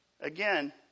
Again